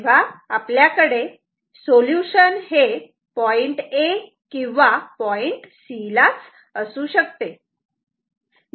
तेव्हा आपल्याकडे सोल्युशन हे पॉईंट A किंवा C ला असू शकते